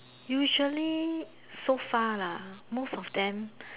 usually so far lah most of them